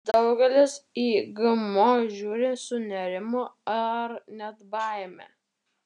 daugelis į gmo žiūri su nerimu ar net baime